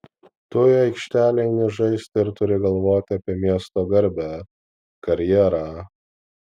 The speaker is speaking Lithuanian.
tu į aikštelę eini žaisti ir turi galvoti apie miesto garbę karjerą